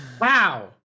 Wow